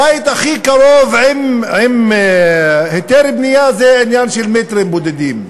הבית הכי קרוב עם היתר בנייה זה עניין של מטרים בודדים.